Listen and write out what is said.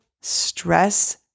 stress